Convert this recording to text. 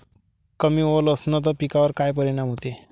कमी ओल असनं त पिकावर काय परिनाम होते?